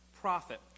profit